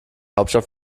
hauptstadt